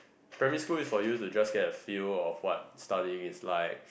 primary school is for you to just get a feel of what studying is like